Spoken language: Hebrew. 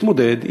יתמודד.